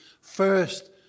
first